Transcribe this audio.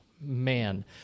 man